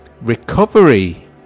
recovery